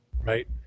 right